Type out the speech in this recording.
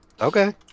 Okay